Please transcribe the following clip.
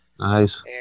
Nice